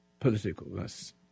politicalness